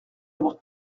avoir